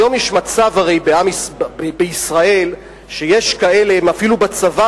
היום יש מצב בישראל שיש כאלה שהם אפילו בצבא